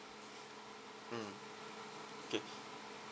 mm okay